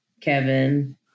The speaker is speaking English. Kevin